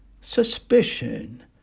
suspicion